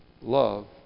love